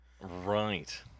Right